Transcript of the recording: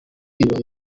ibaye